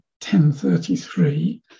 1033